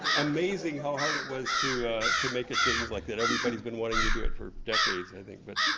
amazing how hard it was to to make a change like that. everybody's been wanting to do it for decades, i think, but